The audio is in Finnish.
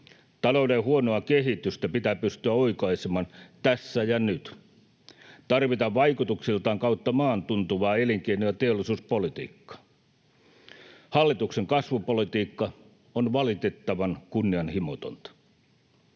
Talouden huonoa kehitystä pitää pystyä oikaisemaan tässä ja nyt. Tarvitaan vaikutuksiltaan kautta maan tuntuvaa elinkeino- ja teollisuuspolitiikkaa. Hallituksen kasvupolitiikka on valitettavan kunnianhimotonta.